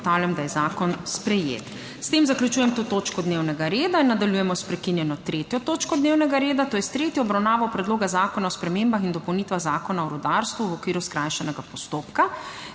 da je zakon sprejet. S tem zaključujem to točko dnevnega reda. Nadaljujemo sprekinjeno 3. točko dnevnega reda - tretja obravnava Predloga zakona o spremembah in dopolnitvah Zakona o rudarstvu, v okviru skrajšanega postopka.